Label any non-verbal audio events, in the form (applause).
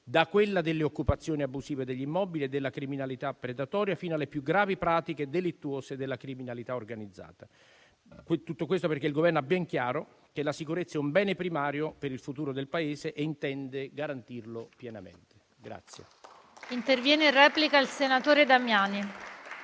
da quella delle occupazioni abusive degli immobili e della criminalità predatoria, fino alle più gravi pratiche delittuose della criminalità organizzata. Tutto questo perché il Governo ha ben chiaro che la sicurezza è un bene primario per il futuro del Paese e intende garantirlo pienamente. (applause) PRESIDENTE. Ha facoltà di intervenire in replica il senatore Damiani,